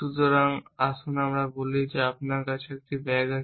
সুতরাং আসুন আমরা বলি যে আপনার কাছে ব্যাগ আছে